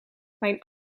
mijn